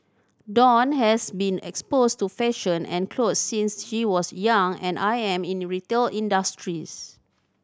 Dawn has been exposed to fashion and clothes since she was young and I am in retail industries